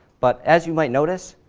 but as you might notice,